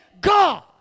God